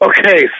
Okay